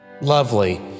Lovely